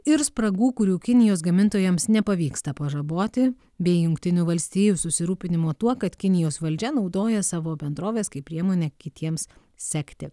ir spragų kurių kinijos gamintojams nepavyksta pažaboti bei jungtinių valstijų susirūpinimo tuo kad kinijos valdžia naudoja savo bendroves kaip priemonę kitiems sekti